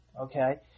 Okay